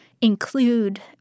include